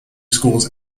schools